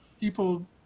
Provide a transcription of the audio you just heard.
people